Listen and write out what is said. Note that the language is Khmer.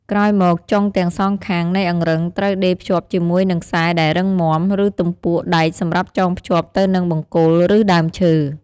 ក្រោយមកចុងទាំងសងខាងនៃអង្រឹងត្រូវដេរភ្ជាប់ជាមួយនឹងខ្សែដែលរឹងមាំ ឬទំពក់ដែកសម្រាប់ចងភ្ជាប់ទៅនឹងបង្គោល ឬដើមឈើ។